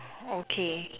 okay